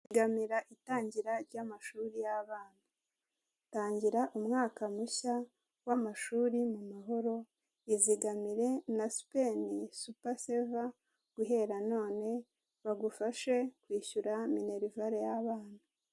Zigamira itangira ry'amashuri y'abana, tangira umwaka mushya w'amashuri mu mahoro, izigamire na sipeni supa seva guhera none bagufashe kwishyura minerevale y'abana.